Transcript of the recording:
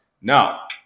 now